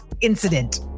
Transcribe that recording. incident